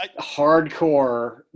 hardcore